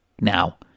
Now